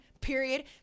period